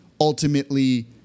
ultimately